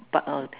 but uh